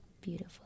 Beautiful